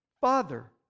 Father